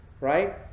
right